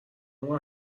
اون